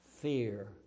fear